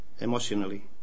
emotionally